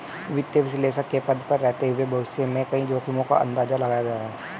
वित्तीय विश्लेषक के पद पर रहते हुए भविष्य में कई जोखिमो का अंदाज़ा लगाया है